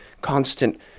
constant